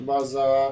Baza